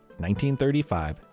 1935